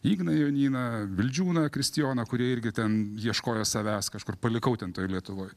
igną jonyną vildžiūną kristijoną kurie irgi ten ieškojo savęs kažkur palikau ten toj lietuvoj